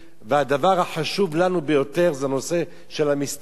הדבר החשוב לנו ביותר הוא הנושא של המסתננים,